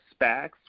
SPACs